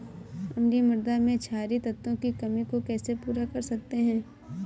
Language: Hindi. अम्लीय मृदा में क्षारीए तत्वों की कमी को कैसे पूरा कर सकते हैं?